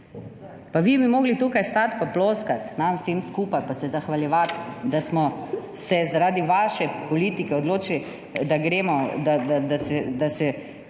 Pa vi bi morali tukaj stati pa ploskati nam vsem skupaj pa se zahvaljevati, da smo se zaradi vaše politike odločili, da se